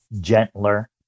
gentler